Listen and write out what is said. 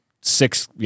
six